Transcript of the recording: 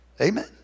Amen